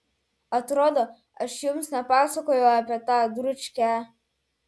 atrodo aš jums nepasakojau apie tą dručkę